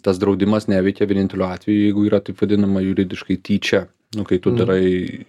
tas draudimas neveikia vieninteliu atveju jeigu yra taip vadinama juridiškai tyčia nu kai tu darai